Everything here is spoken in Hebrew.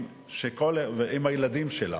עם הילדים שלהן.